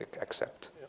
accept